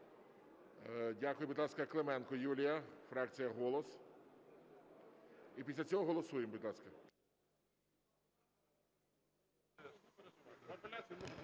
Дякую. Будь ласка, Клименко Юлія, фракція "Голос". І після цього голосуємо, будь ласка.